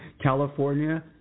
California